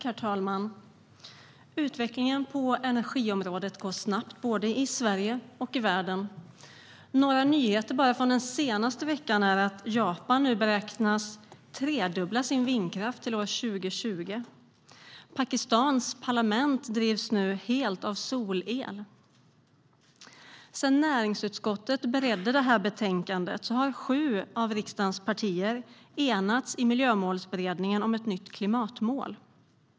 Herr talman! Utvecklingen på energiområdet går snabbt - både i Sverige och i världen. Några nyheter bara från den senaste veckan är att Japan nu beräknas tredubbla sin vindkraft till år 2020. Pakistans parlament drivs nu helt av solel. Sedan näringsutskottet beredde detta betänkande har sju av riksdagens partier enats i Miljömålsberedningen om ett nytt klimatmål.